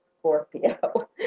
Scorpio